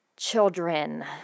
Children